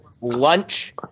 lunch